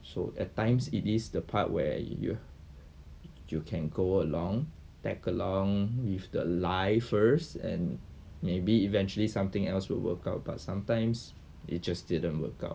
so at times it is the part where you you can go along tag along with the lie firsts and maybe eventually something else will work out but sometimes it just didn't work out